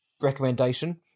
recommendation